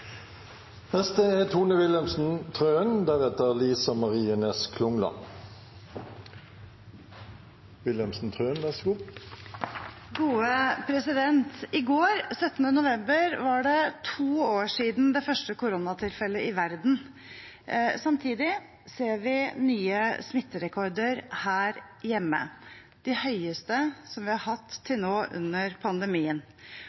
I går, den 17. november, var det to år siden det første koronatilfellet i verden ble kjent. Samtidig ser vi nye smitterekorder her hjemme – de høyeste vi har hatt